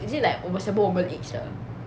is it like 我们全部我们 age 的